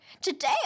Today